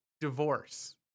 divorce